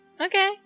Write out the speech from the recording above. Okay